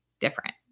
different